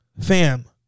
Fam